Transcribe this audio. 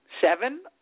seven